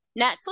Netflix